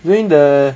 during the